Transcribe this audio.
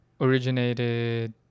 originated